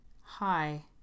Hi